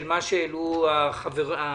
של מה שהעלו החברות.